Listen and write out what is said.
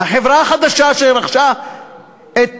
החברה החדשה שרכשה את